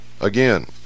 Again